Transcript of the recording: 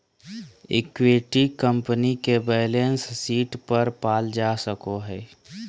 equity company के balance sheet पर पाल जा सको हइ